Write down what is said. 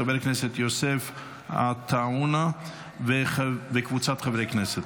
של חבר הכנסת יוסף עטאונה וקבוצת חברי הכנסת.